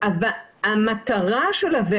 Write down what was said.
זו התוצאה.